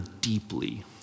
deeply